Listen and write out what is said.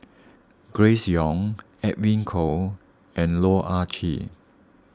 Grace Young Edwin Koek and Loh Ah Chee